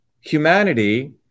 humanity